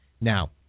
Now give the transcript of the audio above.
Now